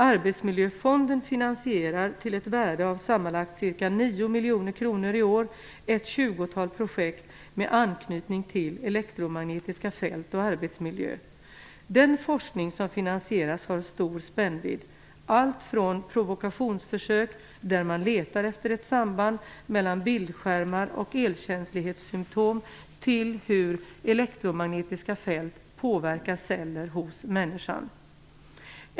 Arbetsmiljöfonden finansierar, till ett värde av sammanlagt ca 9 miljoner kronor i år, ett tjugotal projekt med anknytning till elektromagnetiska fält och arbetsmiljö. Den forskning som finansieras har stor spännvidd - allt från provokationsförsök där man letar efter ett samband mellan bildskärmar och elkänslighetssymtom till hur elektromagnetiska fält påverkar celler hos människan.